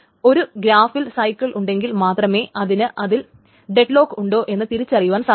ഒരു ഗ്രാഫിൽ സൈക്കിൾ ഉണ്ടെങ്കിൽ മാത്രമേ അതിന് അതിൽ ഡെഡ്ലോക്ക് ഉണ്ടോ എന്ന് തിരിച്ചറിയുവാൻ സാധിക്കു